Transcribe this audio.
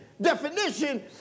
definition